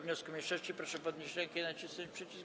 wniosku mniejszości, proszę podnieść rękę i nacisnąć przycisk.